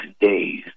days